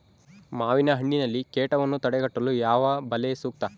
ಮಾವಿನಹಣ್ಣಿನಲ್ಲಿ ಕೇಟವನ್ನು ತಡೆಗಟ್ಟಲು ಯಾವ ಬಲೆ ಸೂಕ್ತ?